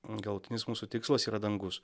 galutinis mūsų tikslas yra dangus